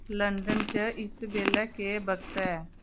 London च इस बेल्लै केह् वक्त ऐ